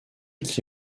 qui